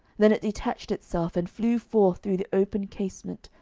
then it detached itself and flew forth through the open casement,